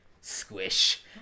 Squish